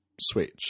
switch